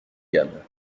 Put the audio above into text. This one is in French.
gamme